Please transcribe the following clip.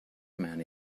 man